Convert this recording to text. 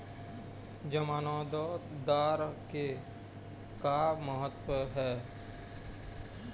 जमानतदार के का महत्व हे?